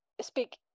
speak